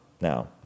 Now